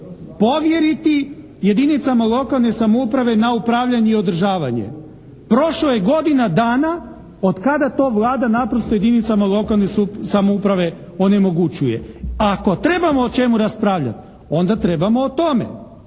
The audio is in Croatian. povjeriti jedinicama lokalne samouprave na upravljanje i održavanje. Prošla je godina dana od kada to Vlada naprosto jedinicama lokalne samouprave onemogućuje. Ako trebamo o čemu raspravljati, onda trebamo o tome.